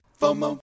FOMO